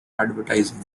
advertising